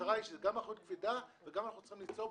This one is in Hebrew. המטרה היא שזאת גם אחריות קפידה וגם אנחנו צריכים ליצור.